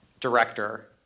director